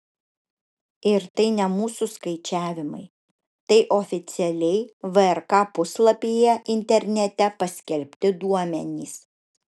ir tai ne mūsų skaičiavimai tai oficialiai vrk puslapyje internete paskelbti duomenys